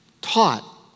taught